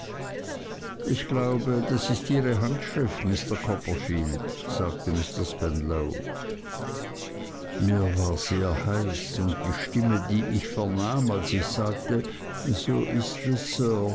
ich glaube das ist ihre handschrift mr copperfield sagte mr spenlow mir war sehr heiß und die stimme die ich vernahm als ich sagte so ist es